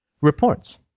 reports